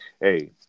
Hey